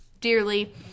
dearly